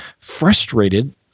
frustrated